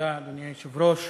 אדוני היושב-ראש,